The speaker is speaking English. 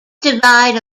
divide